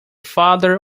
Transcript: father